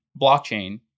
blockchain